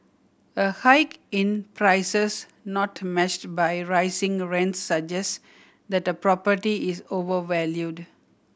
a hike in prices not matched by rising rents suggest that a property is overvalued